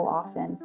often